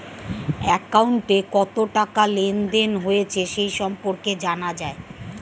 অ্যাকাউন্টে কত টাকা লেনদেন হয়েছে সে সম্পর্কে জানা যায়